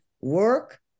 work